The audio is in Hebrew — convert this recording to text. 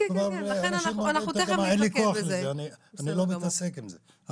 שאומרים שאין להם כוח להתעסק עם זה.